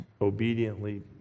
obediently